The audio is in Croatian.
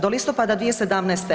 Do listopada 2017.